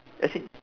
as in